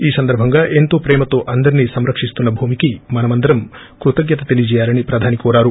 ఈ సందర్బంగా ఎంతో ప్రేమతో అందర్నీ సంరకిస్తున్న భూమికి మనమందరం కృతజ్జత తెలియజేయాలని ప్రదాని కోరారు